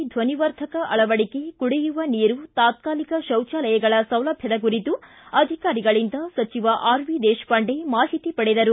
ಧ್ವನಿವರ್ಧಕ ಅಳವಡಿಕೆ ಕುಡಿಯುವ ನೀರು ತಾತ್ಕಾಲಿಕ ಶೌಚಾಲಯಗಳ ಸೌಲಭ್ವದ ಕುರಿತು ಅಧಿಕಾರಿಗಳಿಂದ ಸಚಿವರು ಮಾಹಿತಿ ಪಡೆದರು